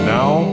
now